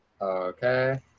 Okay